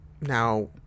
now